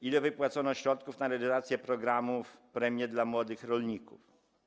Ile wypłacono środków na realizację programu „Premie dla młodych rolników”